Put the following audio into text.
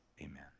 Amen